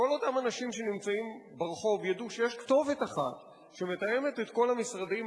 שכל אותם אנשים שנמצאים ברחוב ידעו שיש כתובת אחת שמתאמת את כל המשרדים,